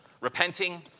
repenting